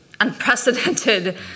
unprecedented